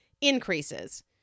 increases